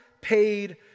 paid